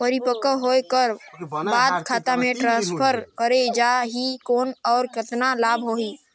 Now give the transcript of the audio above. परिपक्व होय कर बाद खाता मे ट्रांसफर करे जा ही कौन और कतना लाभ होही?